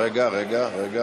לוועדת הכלכלה נתקבלה.